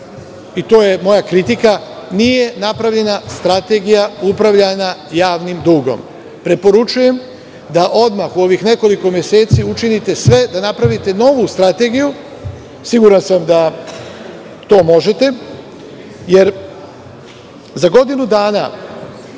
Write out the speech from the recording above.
i to je moja kritika, nije napravljena strategija upravljanja javnim dugom. Preporučujem da odmah u ovih nekoliko meseci učinite sve da napravite novu strategiju, jer sam siguran da to možete, jer za godinu dana,